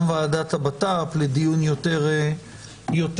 גם ועדת הבט"פ, לדיון יותר מסודר.